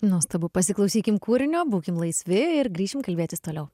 nuostabu pasiklausykim kūrinio būkim laisvi ir grįšim kalbėtis toliau